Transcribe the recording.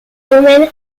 domaine